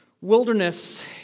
Wilderness